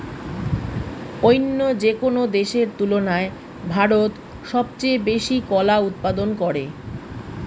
অইন্য যেকোনো দেশের তুলনায় ভারত সবচেয়ে বেশি কলা উৎপাদন করে